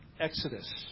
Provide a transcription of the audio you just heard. Exodus